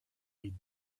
read